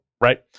right